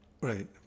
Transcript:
Right